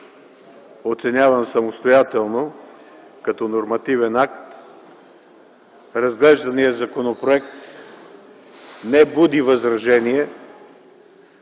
оценяван самостоятелно като нормативен акт, разглежданият законопроект не буди възражение